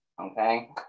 Okay